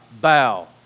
bow